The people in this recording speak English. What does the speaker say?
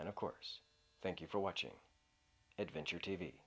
and of course thank you for watching adventure t